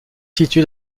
située